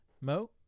mo